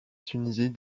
tunisie